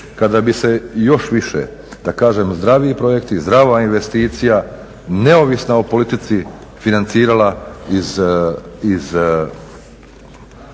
kada bi se još više da kažem zdraviji projekti, zdrava investicija neovisna o politici financirala iz